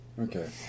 Okay